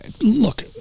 look